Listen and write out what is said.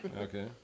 okay